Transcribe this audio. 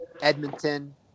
Edmonton